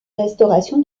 restauration